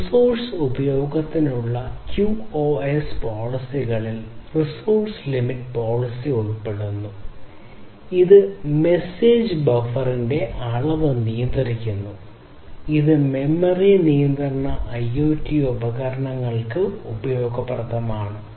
resource ഉപയോഗത്തിനുള്ള QoS പോളിസികളിൽ resource limit policy ഉൾപ്പെടുന്നു ഇത് മെസേജ് ബഫറിംഗിന്റെ അളവ് നിയന്ത്രിക്കുന്നു ഇത് മെമ്മറി നിയന്ത്രണ IoT ഉപകരണങ്ങൾക്ക് ഉപയോഗപ്രദമാണ്